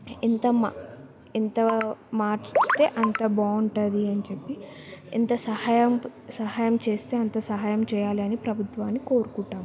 ఎంతమ్మా ఎంత మారిస్తే అంత బాగుంటుంది అని చెప్పి ఎంత సహాయం సహాయం చేస్తే అంత సహాయం చేయాలి అని ప్రభుత్వాన్ని కోరుకుంటాము